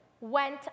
went